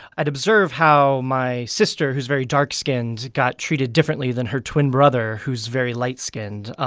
i'd observe how my sister, who's very dark-skinned, got treated differently than her twin brother, who's very light-skinned.